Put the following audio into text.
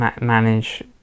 manage